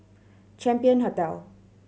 Champion Hotel